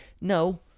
No